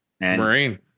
Marine